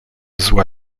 złe